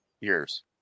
years